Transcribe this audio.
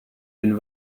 been